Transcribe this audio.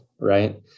right